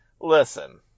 listen